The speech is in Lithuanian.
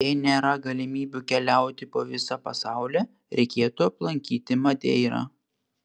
jei nėra galimybių keliauti po visą pasaulį reikėtų aplankyti madeirą